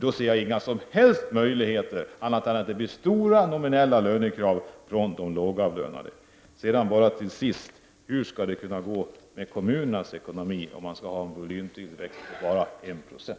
Då ser jag ingen som helst möjlighet till annat än stora nominella lönekrav från de lågavlönade. Till sist: Hur skall det gå med kommunernas ekonomi om man skall ha en volymtillväxt på bara I 96?